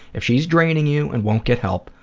if she's draining you and won't get help,